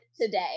today